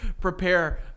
prepare